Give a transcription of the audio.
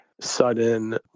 sudden